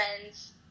friends